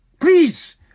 Please